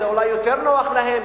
זה אולי יותר נוח להם,